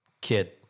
Kid